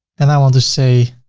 and i will just say